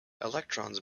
electrons